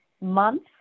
Month